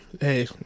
Hey